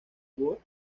world